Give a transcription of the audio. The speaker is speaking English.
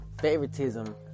Favoritism